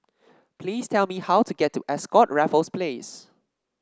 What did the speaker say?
please tell me how to get to Ascott Raffles Place